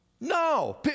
No